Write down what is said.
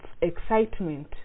excitement